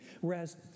Whereas